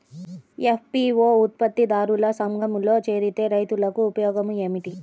FPO ఉత్పత్తి దారుల సంఘములో చేరితే రైతులకు ఉపయోగము ఏమిటి?